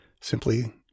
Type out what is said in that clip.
simply